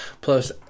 plus